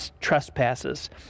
trespasses